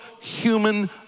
human